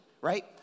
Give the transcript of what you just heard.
right